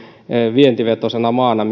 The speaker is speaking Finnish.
vientivetoisena maana